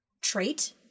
trait